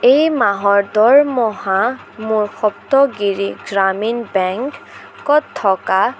এই মাহৰ দৰমহা মোৰ সপ্তগিৰি গ্ৰামীণ বেংকত থকা